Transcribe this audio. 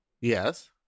Yes